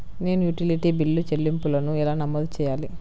నేను utility bill చెల్లింపులను ఎలా నమోదు చేయాలి?